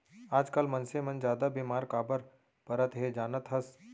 आजकाल मनसे मन जादा बेमार काबर परत हें जानत हस?